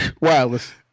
Wireless